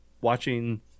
watching